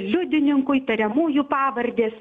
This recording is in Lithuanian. liudininkų įtariamųjų pavardės